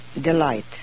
delight